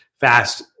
fast